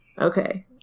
Okay